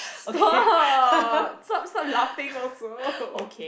stop stop stop laughing also